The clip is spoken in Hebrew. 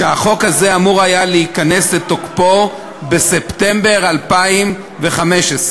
שהחוק הזה היה אמור להיכנס לתוקפו בספטמבר 2015,